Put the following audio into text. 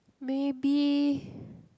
maybe